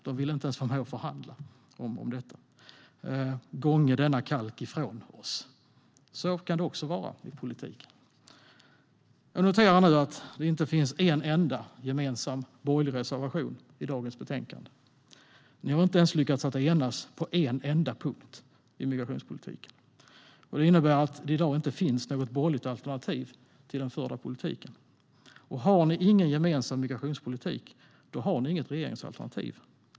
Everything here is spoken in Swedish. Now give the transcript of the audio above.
De ville inte ens vara med och förhandla om detta. Gånge denna kalk ifrån oss. Så kan det också vara i politiken. Jag noterar att det inte finns en enda gemensam borgerlig reservation i dagens betänkande. Ni har inte lyckats enas på en enda punkt i migrationspolitiken. Det innebär att det i dag inte finns något borgerligt alternativ till den förda politiken, och har ni ingen gemensam migrationspolitik har ni inget regeringsalternativ.